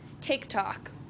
TikTok